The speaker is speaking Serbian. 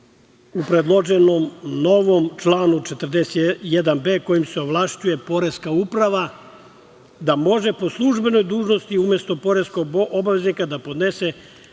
u predloženom novom članu 41b, kojim se ovlašćuje poreska uprava da može po službenoj dužnosti umesto poreskog obaveznika da podnese